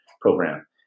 program